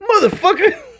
Motherfucker